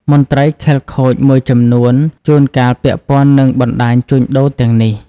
មន្ត្រីខិលខូចមួយចំនួនជួនកាលពាក់ព័ន្ធនឹងបណ្តាញជួញដូរទាំងនេះ។